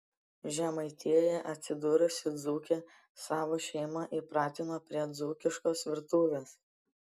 žemaitijoje atsidūrusi dzūkė savo šeimą įpratino prie dzūkiškos virtuvės